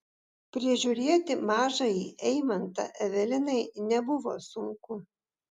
prižiūrėti mažąjį eimantą evelinai nebuvo sunku